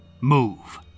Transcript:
Move